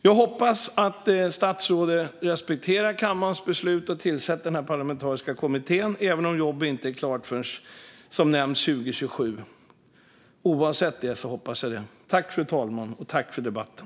Jag hoppas att statsrådet respekterar kammarens beslut och tillsätter den parlamentariska kommittén, även om jobbet inte är klart förrän, som nämnts, 2027. Tack för debatten!